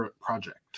project